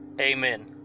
amen